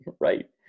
Right